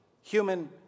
human